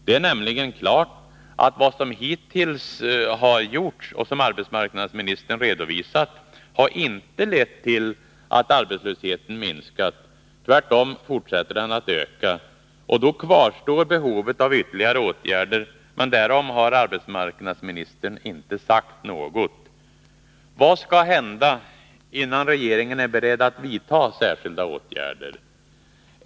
Det är nämligen klart att vad som hittills har gjorts — och som arbetsmarknadsministern redovisat — inte har lett till att arbetslösheten minskat. Tvärtom fortsätter den att öka. Då kvarstår behovet av ytterligare åtgärder, men därom har arbetsmarknadsministern inte sagt något. Vad skall hända innan regeringen är beredd att vidta särskilda åtgärder?